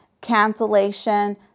cancellation